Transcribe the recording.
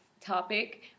topic